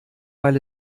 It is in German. weil